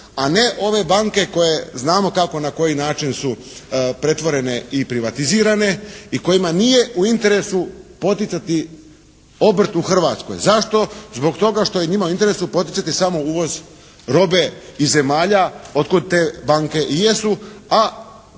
a ne ove banke koje znamo i na koji način su pretvorene i privatizirane i kojima nije u interesu poticati obrt u Hrvatskoj. Zašto? Zbog toga što je njima u interesu poticati samo uvoz robe iz zemalja od kud te banke i jesu, a